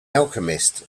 alchemist